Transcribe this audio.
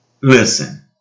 Listen